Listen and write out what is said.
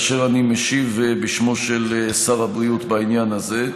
ואני משיב בשמו של שר הבריאות בעניין הזה.